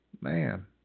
man